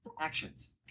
Actions